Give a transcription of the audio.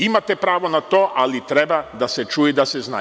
Imate pravo na to, ali treba da se čuje i da se zna.